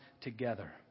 together